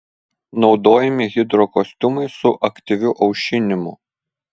naudojami hidrokostiumai su aktyviu aušinimu